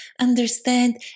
understand